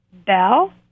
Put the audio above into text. Bell